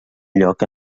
lloc